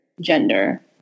gender